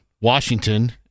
Washington